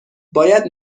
باید